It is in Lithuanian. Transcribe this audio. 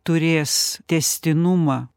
turės tęstinumą